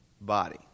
body